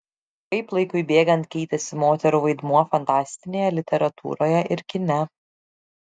kaip laikui bėgant keitėsi moterų vaidmuo fantastinėje literatūroje ir kine